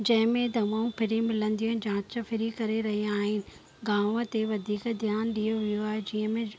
जंहिंमें दवाऊं फ्री मिलंदियूं आहिनि जांच फ्री करे रहिया आहिनि गांव ते वधीक ध्यानु ॾियो वियो आहे जंहिंमें